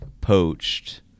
poached